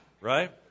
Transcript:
right